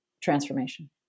transformation